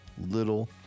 little